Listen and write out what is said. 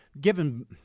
given